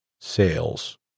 sales